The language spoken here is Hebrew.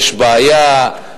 יש בעיה,